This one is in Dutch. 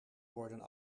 worden